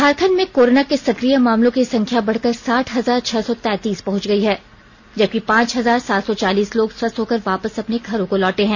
झारखंड में कोरोना के सकिय मामलों की संख्या बढ़कर साठ हजार छह सौ तैंतीस पहंच गई है जबकि पांच हजार सात सौ चालीस लोग स्वस्थ होकर वापस अपने घरों को लौटे हैं